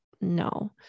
No